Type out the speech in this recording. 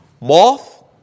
Moth